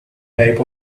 type